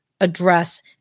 address